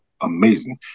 amazing